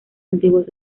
antiguos